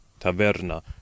taverna